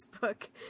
book